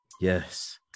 Yes